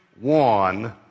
one